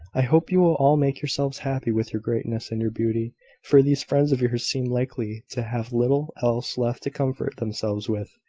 i hope you will all make yourselves happy with your greatness and your beauty for these friends of yours seem likely to have little else left to comfort themselves with.